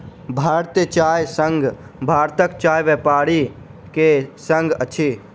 भारतीय चाय संघ भारतक चाय व्यापारी के संग अछि